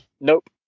Nope